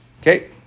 Okay